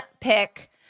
pick